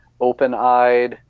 open-eyed